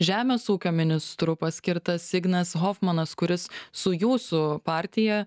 žemės ūkio ministru paskirtas ignas hofmanas kuris su jūsų partija